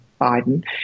Biden